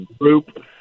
group